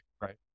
Right